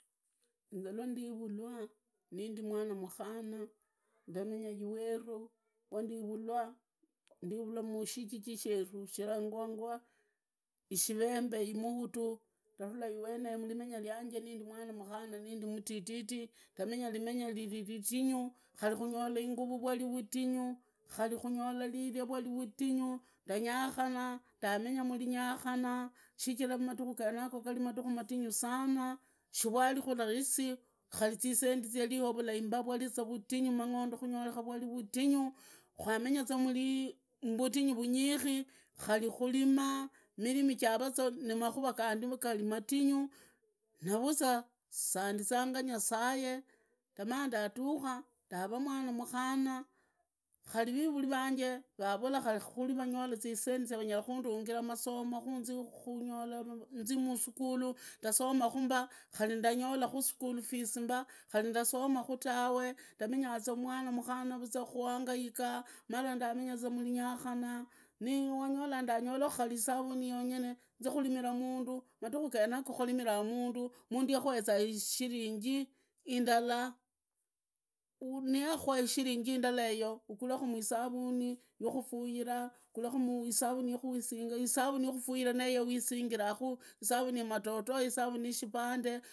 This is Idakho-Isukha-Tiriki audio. Inze nendirulwa nindimwana muriana ndamenyaiwera, wandirulwa, ndirulwa mu shijiji sheru, shirangwangwa, isherembe imuhutu, ndarula iweneo marimenya ryanje nindi mwana mahhana nindi, mntitii ndamenya rimenya ntinyu khari kunyola inguvu vwari vutinyu khari kunyola rirya ryari vutinyu ndanyakanaa, ndamenyaa murinyakana, shijira madimu genago gari madinyu sana, shirwarinurahisi khari zisendi zyarinu vulai mba vwari za vudinyu mang’ondo hunyoreha vwari vudinyu, kwamenya za mbandiyu vunyikhi, khari hurima mirimi zyara za makuva gandi za madinyu naruza sandizanga nyasaye gamaa ndadukha ndaraa mwana muhhana khari vivuri vanje vavula vavula khari vuvanyola zisenindi vanyara kundungira masomo nzi musunuru, ndasoma ku mba, khari ndanyola ischool fees mba, khari ndasoma ku tawe, ndamenyanga za mwana muhhana vuza kuangaina, mwanoyo ndamenya za muriangaina, niwanyola khari nyoli isavuni yonyenee, nzi kurimira mundu, madiku genako kwarimira mundu, mundu yakuezaa ishiringi indalaa, nyakwa ishiringi indalaa yeyo, ugurekha isavuni yinufaira, arehemu isavuni yikuisingira isavuni yufuirekha niyo isavuni yuisingirakhu isavuni ii yamadoadoa, isavuniniishiri kibande.